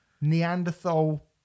Neanderthal